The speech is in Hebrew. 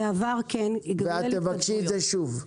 בעבר כן --- תבקשי את זה שוב.